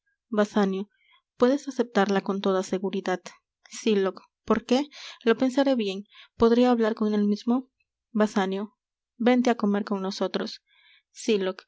puedes aceptarla con toda seguridad sylock por qué lo pensaré bien podré hablar con él mismo basanio vente á comer con nosotros sylock no